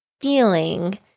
feeling